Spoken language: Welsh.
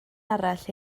arall